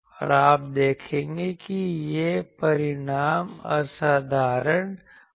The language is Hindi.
और आप देखेंगे कि यह परिणाम असाधारण होगा